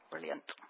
Brilliant